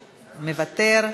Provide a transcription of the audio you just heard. מוותר,